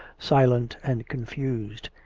silent and confused,